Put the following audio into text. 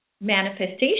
manifestation